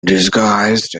disguised